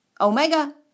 Omega